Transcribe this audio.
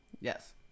Yes